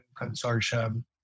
Consortium